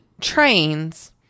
trains